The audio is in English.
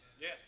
Yes